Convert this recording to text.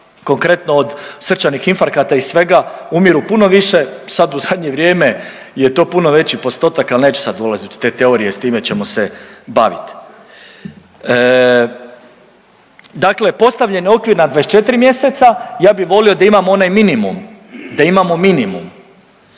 konkretno od srčanih infarkata i svega umiru puno više sad u zadnje vrijeme je to puno veći postotak, ali neću sad ulazit u te teorije s time ćemo se baviti. Dakle, postavljen je okvir na 24 mjeseca, ja bi volio da imamo onaj minimum, da imamo minimum.